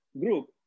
group